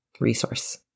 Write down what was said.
resource